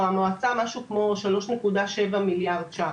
והמועצה משהו כמו 3,700,000,000 ₪.